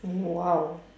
!wow!